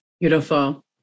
Beautiful